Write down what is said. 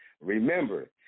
Remember